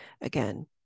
again